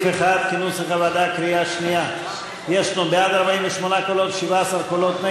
בעד ההסתייגות יש לנו 17 קולות,